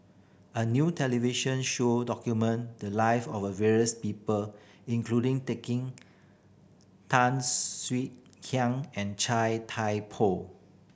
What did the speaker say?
a new television show document the live of various people including Tan Swie Hian and Chai Thai Poh